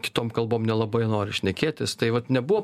kitom kalbom nelabai nori šnekėtis tai vat nebuvo